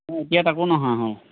এতিয়া তাকো নহা হ'ল